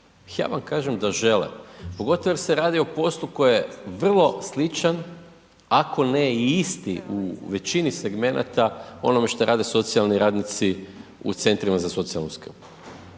ja vam kažem da žele, pogotovo jer se radi o poslu koji je vrlo sličan ako ne i isti u većini segmenata onome šta rade socijalni radnici u centrima za socijalnu skrb